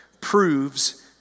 proves